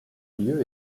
lieu